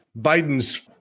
Biden's